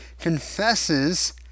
confesses